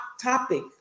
topic